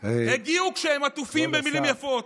הגיעו כשהם עטופים במילים יפות.